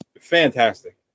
fantastic